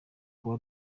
kuba